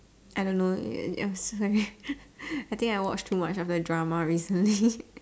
I don't know I'm sorry I think I watch too much of the drama recently